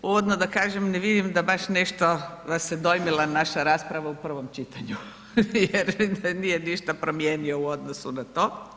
Uvodno da kažem, ne vidim da baš nešto nas se dojmila naša rasprava u prvom čitanju jer nije ništa promijenio u odnosu na to.